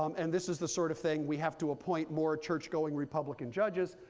um and this is the sort of thing we have to appoint more church going republican judges.